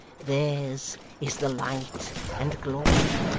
theirs is the light and glory